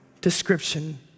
description